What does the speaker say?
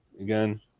again